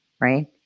right